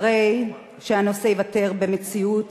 הרי שהנושא ייוותר במציאות